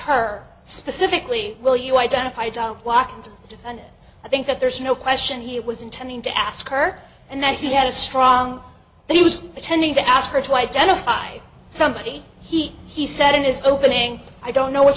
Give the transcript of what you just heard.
her specifically will you identify dog walker and i think that there's no question he was intending to ask her and that he had a strong but he was attending to ask her to identify somebody heat he said in his opening i don't know what